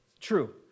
true